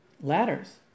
ladders